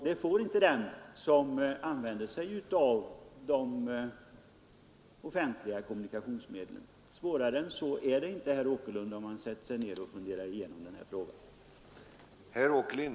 Detta kan inte den få som använder allmänna kommunikationsmedel. Om man sätter sig ned och funderar igenom denna fråga, är den inte svårare än så, herr Åkerlind.